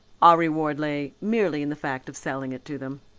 our reward lay merely in the fact of selling it to them.